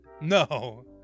No